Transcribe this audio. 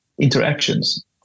interactions